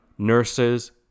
Nurses